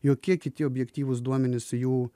jokie kiti objektyvūs duomenys jų